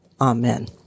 amen